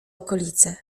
okolicę